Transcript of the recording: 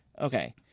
Okay